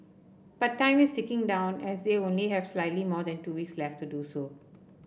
but time is ticking down as they only have slightly more than two weeks left to do so